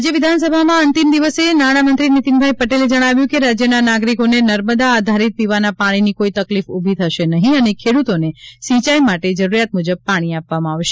રાજ્ય વિધાનસભામાં અંતિમ દિવસે નાણામંત્રી નીતિન પટેલે જણાવ્યું હતું કે રાજ્યના નાગરિકોને નર્મદા આધારિત પીવાના પાણીની કોઇ તકલીફ ઉભી થશે નહીં અને ખેડ્રતોને સિંચાઇ માટે જરૂરિયાત મુજબ પાણી આપવામાં આવશે